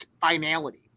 finality